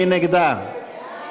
מי נגדה?